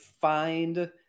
find